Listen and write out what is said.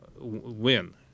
win